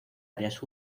áreas